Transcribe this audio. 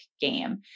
game